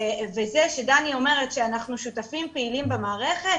זה שדני אומרת שאנחנו שותפים פעילים במערכת,